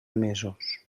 mesos